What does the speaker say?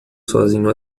sozinho